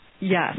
Yes